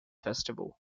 festival